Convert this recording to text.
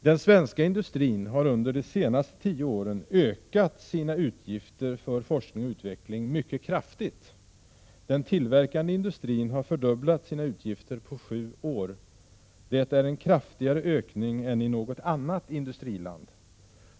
Den svenska industrin har under de senaste tio åren ökat sina utgifter för forskning och utveckling mycket kraftigt. Den tillverkande industrin har fördubblat sina utgifter på sju år. Det är en kraftigare ökning än i något annat industriland.